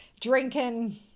Drinking